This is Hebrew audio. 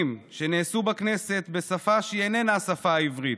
שנעשו בכנסת בשפה שהיא איננה השפה העברית.